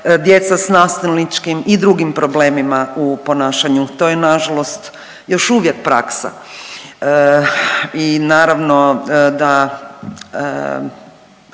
djeca s nasilničkim i drugim problemima u ponašanju. To je nažalost još uvijek praksa i naravno da